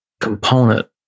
component